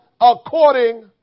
according